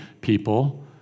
people